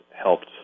helped